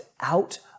out